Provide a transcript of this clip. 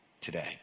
today